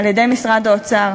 על-ידי משרד האוצר,